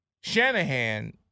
Shanahan